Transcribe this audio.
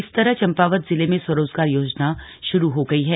इस तरह चम्पावत जिले में स्वरोजगार योजना शुरू हो गयी है